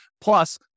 Plus